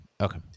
Okay